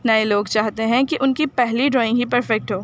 نئے لوگ چاہتے ہیں کہ ان کی پہلی ڈرائنگ ہی پرفیکٹ ہو